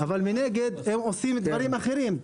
אבל מנגד הם עושים דברים אחרים,